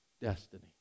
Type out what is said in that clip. destiny